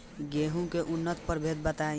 गेंहू के उन्नत प्रभेद बताई?